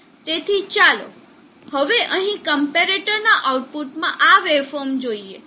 તેથી ચાલો હવે અહીં ક્મ્પેરેટર ના આઉટપુટમાં આ વેવફોર્મ જોઈએ